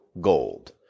gold